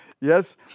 Yes